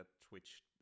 Twitch